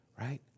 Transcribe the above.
right